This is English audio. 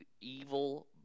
evil